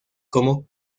como